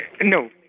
No